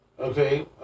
Okay